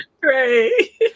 Great